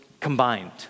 combined